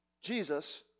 Jesus